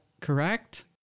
correct